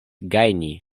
gajni